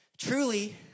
Truly